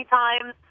times